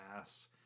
ass